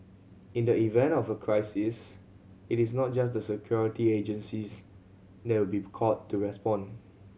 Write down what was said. in the event of a crisis it is not just the security agencies that will be called to respond